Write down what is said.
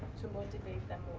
to motivate them